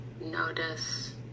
notice